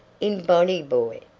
in body, boy.